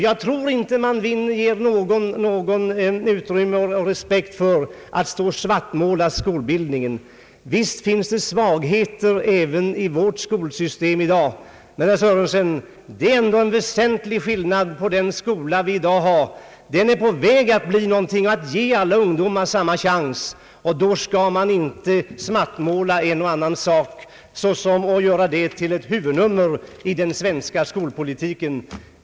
Jag tror inte att man vinner någon respekt genom att stå och svartmåla skolutbildningen. Visst finns det svagheter även i vårt skolsystem i dag, men, herr Sörenson, det är ändå en väsentligt annan skola som vi har i dag. Den är på väg att bli någonting. Den ger alla ungdomar samma chans. Då skall man inte svartmåla en och annan detalj och göra den till ett huvudnum mer i den svenska skolpolitiken.